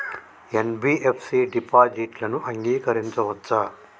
NBFC డిపాజిట్లను అంగీకరించవచ్చా?